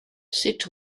sut